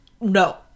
no